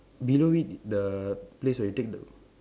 below it the place where you take the